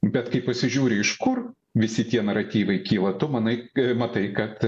bet kai pasižiūri iš kur visi tie naratyvai kyla tu manai matai kad